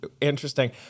interesting